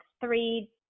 three